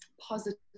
positive